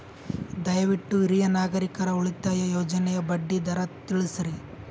ದಯವಿಟ್ಟು ಹಿರಿಯ ನಾಗರಿಕರ ಉಳಿತಾಯ ಯೋಜನೆಯ ಬಡ್ಡಿ ದರ ತಿಳಸ್ರಿ